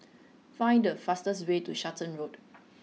find the fastest way to Charlton Road